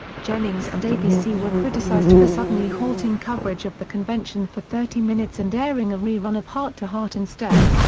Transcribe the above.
jennings and abc were criticized for suddenly halting coverage of the convention for thirty minutes and airing a rerun of hart to hart instead.